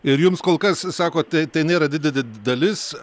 ir jums kol kas sakote tai nėra dididelė dalis